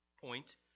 point